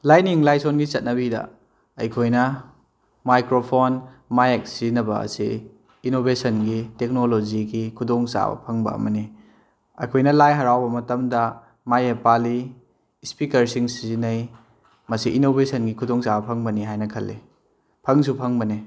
ꯂꯥꯏꯅꯤꯡ ꯂꯥꯏꯁꯣꯟꯒꯤ ꯆꯠꯅꯕꯤꯗ ꯑꯩꯈꯣꯏꯅ ꯃꯥꯏꯀ꯭ꯔꯣꯐꯣꯟ ꯃꯥꯏꯛ ꯁꯤꯖꯤꯟꯅꯕ ꯑꯁꯤ ꯏꯅꯣꯕꯦꯁꯟꯒꯤ ꯇꯦꯛꯅꯣꯂꯣꯖꯤꯒꯤ ꯈꯨꯗꯣꯡ ꯆꯥꯕ ꯐꯪꯕ ꯑꯃꯅꯤ ꯑꯩꯈꯣꯏꯅ ꯂꯥꯏ ꯍꯥꯔꯥꯎꯕ ꯃꯇꯝꯗ ꯃꯥꯌꯦꯞ ꯄꯥꯜꯂꯤ ꯁ꯭ꯄꯤꯀꯔꯁꯤꯡ ꯁꯤꯖꯤꯟꯅꯩ ꯃꯁꯤ ꯏꯅꯣꯕꯦꯁꯟꯒꯤ ꯈꯨꯗꯣꯡ ꯆꯥꯕ ꯐꯪꯕꯅꯤ ꯍꯥꯏꯅ ꯈꯜꯂꯤ ꯐꯪꯁꯨ ꯐꯪꯕꯅꯤ